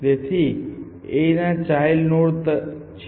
તેથી આ a ના ચાઈલ્ડ નોડ છે